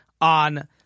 on